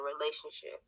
relationship